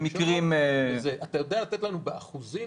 אתה יודע לתת לנו באחוזים?